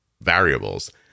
variables